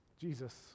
Jesus